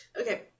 Okay